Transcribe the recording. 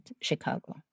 Chicago